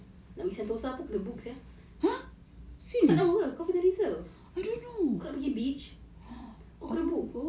enjoy the snow whatever the beach whatever wherever you want to go lah so but the thing is we cannot go now nak gi sentosa pun kena book sia